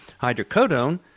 hydrocodone